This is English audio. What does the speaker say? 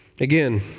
Again